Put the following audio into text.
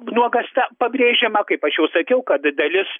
nuogasta pabrėžiama kaip aš jau sakiau kad dalis